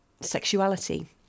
sexuality